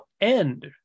end